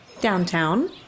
Downtown